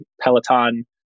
Peloton